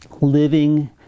living